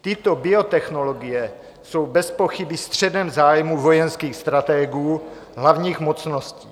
Tyto biotechnologie jsou bezpochyby středem zájmu vojenských stratégů hlavních mocností.